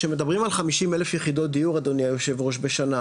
כשמדברים על 50 אלף יחידות דיור אדוני היו"ר בשנה,